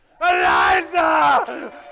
Eliza